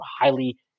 highly